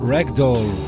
Ragdoll